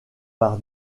par